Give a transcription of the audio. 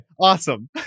Awesome